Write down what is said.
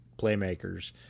playmakers